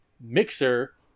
Mixer